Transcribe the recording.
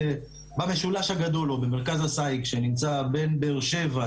ב"משולש הגדול" או במרכז הסייג שנמצא בין באר שבע,